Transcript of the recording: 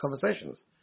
conversations